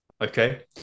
okay